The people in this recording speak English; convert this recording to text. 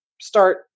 start